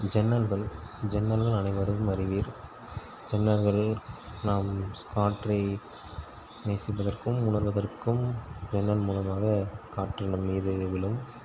ஜன்னல்கள் ஜன்னல்களால் அனைவரும் வருவீர் ஜன்னல்கள் நம் காற்றை நேசிப்பதற்கும் உணர்வதற்கும் ஜன்னல் மூலமாக காற்று நம் மீது விழும்